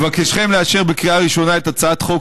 לבקשכם לאשר בקריאה ראשונה את הצעת חוק